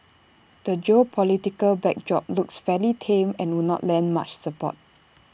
the geopolitical backdrop looks fairly tame and would not lend much support